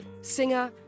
Singer